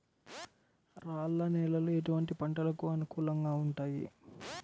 రాళ్ల నేలలు ఎటువంటి పంటలకు అనుకూలంగా ఉంటాయి?